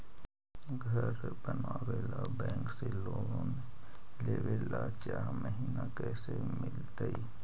घर बनावे ल बैंक से लोन लेवे ल चाह महिना कैसे मिलतई?